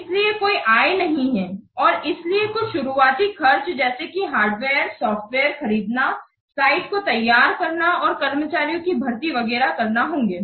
इसलिए कोई आय नहीं है और इसलिए कुछ शुरुआती खर्च जैसे कि हार्डवेयर सॉफ्टवेयर खरीदना साइट को तैयार करना और कर्मचारियों की भर्ती वगैरह करना होंगे